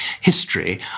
history